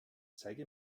zeige